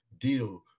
deal